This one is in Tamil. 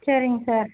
சரிங் சார்